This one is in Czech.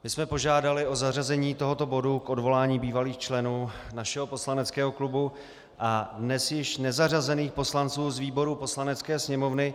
My jsme požádali o zařazení tohoto bodu k odvolání bývalých členů našeho poslaneckého klubu a dnes již nezařazených poslanců z výboru Poslanecké sněmovny.